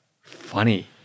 Funny